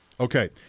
Okay